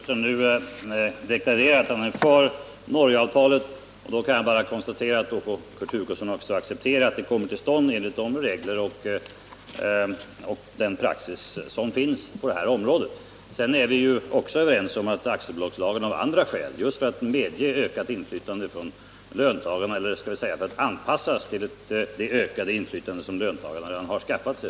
Herr talman! Det är utmärkt att Kurt Hugosson nu deklarerar att han är för Norgeavtalet. Då får Kurt Hugosson också acceptera att det kommer till stånd enligt de regler och den praxis som finns på det här området. Men vi är också överens om att aktiebolagslagen bör ändras av andra skäl — just för att den behöver anpassas till det ökade inflytande som löntagarna redan har skaffat sig.